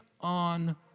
on